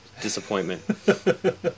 Disappointment